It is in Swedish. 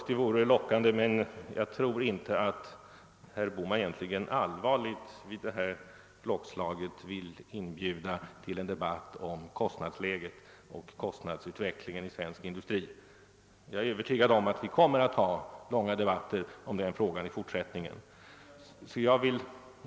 Det vore lockande att ta upp en debatt om kostnadsläget och kostnadsutvecklingen i svensk industri, men jag tror inte att herr Bohman på allvar vill inbjuda till en sådan vid denna tidpunkt. Jag är övertygad om att vi i fortsättningen kommer att föra långa debatter i den frågan.